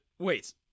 Wait